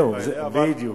זהו, בדיוק.